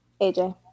AJ